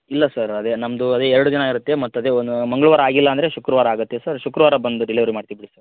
ಇಲ್ಲ ಸರ್ ಅದೆ ನಮ್ಮದೂ ಅದೇ ಎರಡು ದಿನ ಇರುತ್ತೆ ಮತ್ತೆ ಅದೆ ಒಂದು ಮಂಗಳವಾರ ಆಗಿಲ್ಲ ಅಂದರೆ ಶುಕ್ರುವಾರ ಆಗುತ್ತೆ ಸರ್ ಶುಕ್ರವಾರ ಬಂದು ಡಿಲೆವರಿ ಮಾಡ್ತಿವಿ ಬಿಡಿ